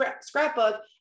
scrapbook